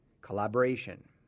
Collaboration